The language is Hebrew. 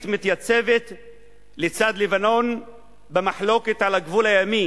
מתייצבת לצד לבנון במחלוקת על הגבול הימי